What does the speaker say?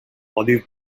olive